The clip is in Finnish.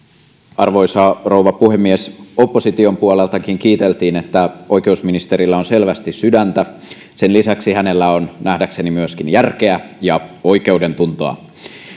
arvoisa rouva puhemies opposition puoleltakin kiiteltiin että oikeusministerillä on selvästi sydäntä sen lisäksi hänellä on nähdäkseni myöskin järkeä ja oikeudentuntoa